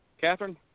Catherine